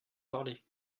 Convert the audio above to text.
parler